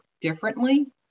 differently